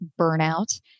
burnout